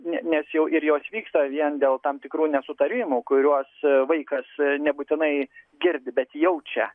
ne nes jau ir jos vyksta vien dėl tam tikrų nesutarimų kuriuos vaikas nebūtinai girdi bet jaučia